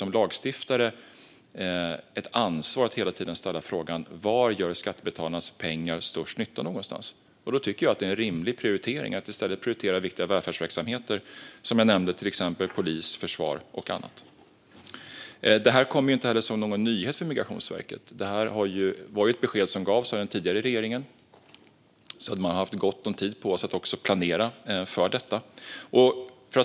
Som lagstiftare har vi ett ansvar att hela tiden ställa frågan: Var gör skattebetalarnas pengar störst nytta? Jag tycker att det är rimligare att prioritera viktiga välfärdsverksamheter, till exempel polis, försvar och annat. Detta kommer dessutom inte som någon nyhet för Migrationsverket. Den tidigare regeringen har gett detta besked, så verket har haft gott om tid att planera för detta.